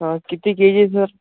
ह किती K G sir